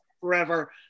forever